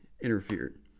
interfered